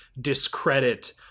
discredit